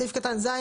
סעיף קטן (ז),